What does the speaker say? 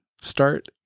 start